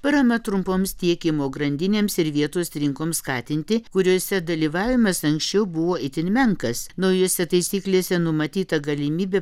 parama trumpoms tiekimo grandinėms ir vietos rinkoms skatinti kuriose dalyvavimas anksčiau buvo itin menkas naujose taisyklėse numatyta galimybė